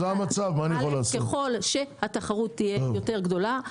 ככל שהתחרות תהיה יותר גדולה,